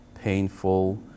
painful